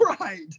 Right